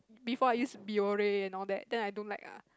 before I use Biore and all that then I don't like ah